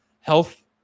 health